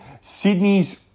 Sydney's